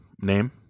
name